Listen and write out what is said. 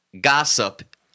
gossip